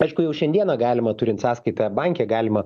aišku jau šiandieną galima turint sąskaitą banke galima